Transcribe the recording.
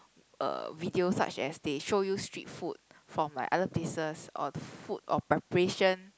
uh videos such as they show you street food from like other places or the food of preparation